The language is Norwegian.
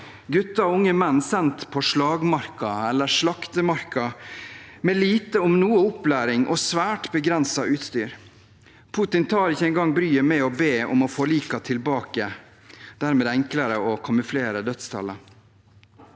Gutter og unge menn blir sendt på slagmarken – eller «slaktemarken» – med lite, om noe, opplæring og svært begrenset utstyr. Putin tar seg ikke engang bryet med å be om å få likene tilbake. Dermed er det enklere å kamuflere dødstallene.